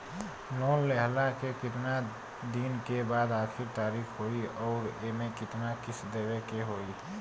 Loan लेहला के कितना दिन के बाद आखिर तारीख होई अउर एमे कितना किस्त देवे के होई?